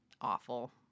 awful